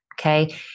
Okay